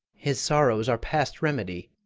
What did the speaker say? his sorrows are past remedy.